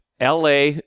LA